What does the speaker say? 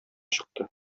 чыкты